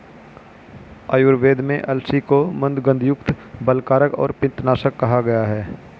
आयुर्वेद में अलसी को मन्दगंधयुक्त, बलकारक और पित्तनाशक कहा गया है